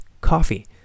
coffee